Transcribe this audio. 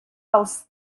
dels